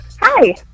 Hi